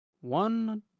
one